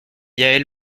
yaël